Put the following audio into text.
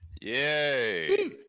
Yay